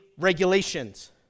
regulations